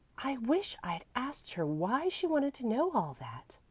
i wish i'd asked her why she wanted to know all that,